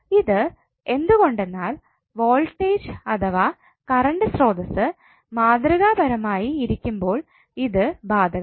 ഇത് എന്തുകൊണ്ടെന്നാൽ വോൾട്ടേജ് അഥവാ കറണ്ട് സ്രോതസ്സ് മാതൃകാപരമായി ഇരിക്കുമ്പോൾ ഇത് ബാധകമല്ല